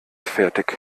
fertig